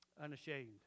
Unashamed